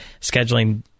scheduling